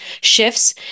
shifts